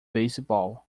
beisebol